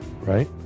right